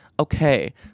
Okay